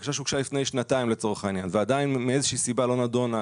בקשה שהוגשה לפני שנתיים לצורך העניין ועדיין מאיזה שהיא סיבה לא נדונה,